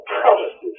promises